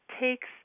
takes